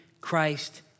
Christ